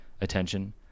attention